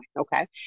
Okay